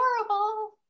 adorable